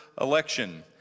election